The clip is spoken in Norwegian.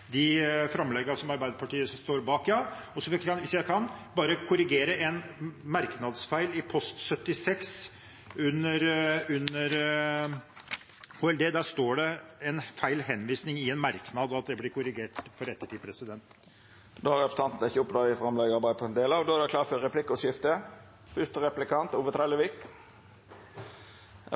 de store oppgavene. Jeg tar opp det forslaget som Arbeiderpartiet står bak. Så vil jeg, hvis jeg kan, bare korrigere en merknadsfeil i post 76. Der står det en feil henvisning i en merknad, og jeg ber om at det blir korrigert for ettertiden. Då har representanten Terje Aasland teke opp det forslaget han viste til. Det vert replikkordskifte. Presidenten